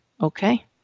Okay